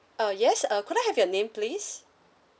uh yes uh could I have your name please